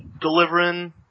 delivering